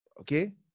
Okay